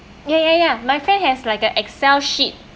ya ya ya my friend has like a Excel sheet